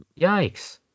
Yikes